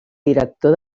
director